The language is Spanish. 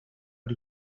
por